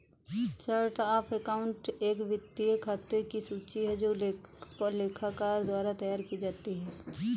chart of account एक वित्तीय खातों की सूची है जो लेखाकार द्वारा तैयार की जाती है